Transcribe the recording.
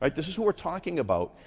like this is what we're talking about.